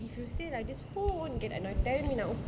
if you say like this who won't get annoyed tell me now